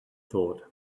thought